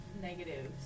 negatives